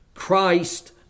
Christ